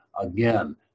Again